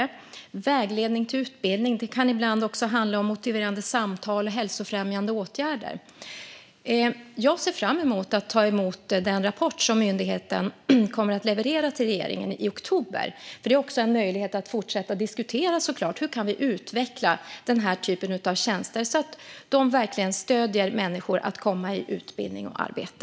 Man får vägledning till utbildning, och det kan ibland också handla om motiverande samtal och hälsofrämjande åtgärder. Jag ser fram emot att ta emot den rapport som myndigheten kommer att leverera till regeringen i oktober, för det är självklart en möjlighet att fortsätta diskutera hur vi kan utveckla den här typen av tjänster så att vi verkligen stöder människor i att komma i utbildning och arbete.